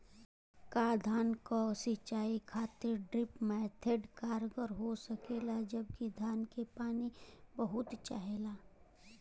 का धान क सिंचाई खातिर ड्रिप मेथड कारगर हो सकेला जबकि धान के पानी बहुत चाहेला?